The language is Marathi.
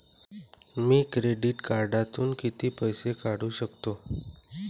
मी क्रेडिट कार्डातून किती पैसे काढू शकतो?